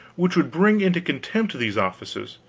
which would bring into contempt these offices,